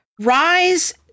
Rise